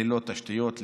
ללא תשתיות,